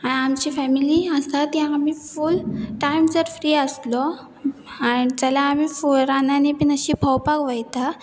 आनी आमची फेमिली आसा ती आमी फूल टायम जर फ्री आसलो आनी जाल्यार आमी रानांनी बीन अशीं भोंवपाक वयता